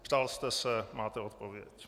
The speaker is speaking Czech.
Ptal jste se, máte odpověď.